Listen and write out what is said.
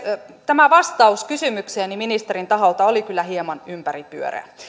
tämä vastaus kysymykseeni ministerin taholta oli kyllä hieman ympäripyöreä